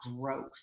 growth